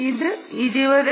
ഇത് 20